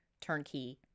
turnkey